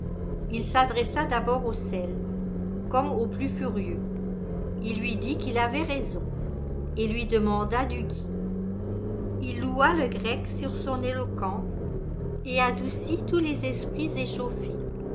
il s'adressa d'abord au celte comme au plus furieux il lui dit qu'il avait raison et lui demanda du gui il loua le grec sur son éloquence et adoucit tous les esprits échauffés